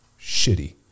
shitty